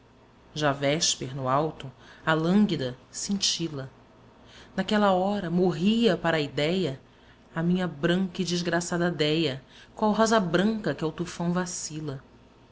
já vésper no alto a lânquida cintila naquela hora morria para a idéia a minha branca e desgraçada déa qual rosa branca que ao tufão vacila